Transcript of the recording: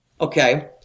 Okay